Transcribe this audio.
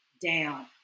down